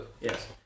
Yes